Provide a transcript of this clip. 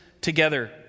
together